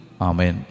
Amen